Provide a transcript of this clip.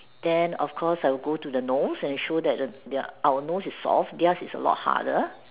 then of course I will go to the nose and show that the their our nose is soft theirs are a lot harder